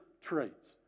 traits